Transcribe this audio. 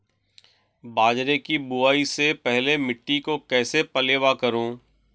बाजरे की बुआई से पहले मिट्टी को कैसे पलेवा करूं?